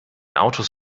autos